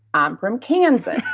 um from kansas,